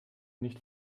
nicht